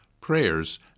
prayers